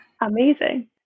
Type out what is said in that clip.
Amazing